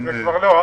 זה כבר לא.